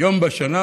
יום בשנה.